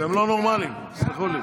אתם לא נורמליים, תסלחו לי.